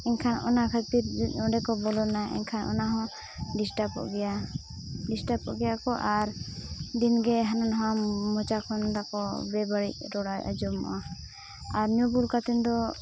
ᱮᱱᱠᱷᱟᱱ ᱚᱱᱟ ᱠᱷᱟᱹᱛᱤᱨ ᱚᱸᱰᱮᱠᱚ ᱵᱚᱞᱚᱱᱟ ᱮᱱᱠᱷᱟᱱ ᱚᱱᱟᱦᱚᱸ ᱰᱤᱥᱴᱟᱵᱚᱜ ᱜᱮᱭᱟ ᱰᱤᱥᱴᱟᱵᱚᱜ ᱜᱮᱭᱟᱠᱚ ᱟᱨ ᱫᱤᱱᱜᱮ ᱦᱟᱱᱟᱼᱱᱷᱟᱣᱟ ᱢᱚᱪᱟ ᱠᱷᱚᱱ ᱛᱟᱠᱚ ᱵᱮᱼᱵᱟᱹᱲᱤᱡ ᱨᱚᱲ ᱟᱸᱡᱚᱢᱚᱜᱼᱟ ᱟᱨ ᱧᱩᱵᱩᱞ ᱠᱟᱛᱮᱱᱫᱚ